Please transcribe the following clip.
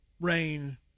rain